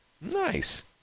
Nice